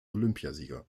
olympiasieger